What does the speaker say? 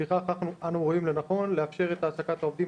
לפיכך אנו רואים לנכון, לאפשר את העסקת העובדים